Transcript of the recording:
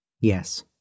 Yes